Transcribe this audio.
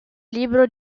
libro